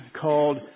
called